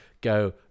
go